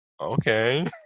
okay